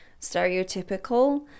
stereotypical